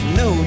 no